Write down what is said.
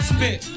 Spit